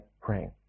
praying